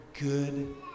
good